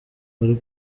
bari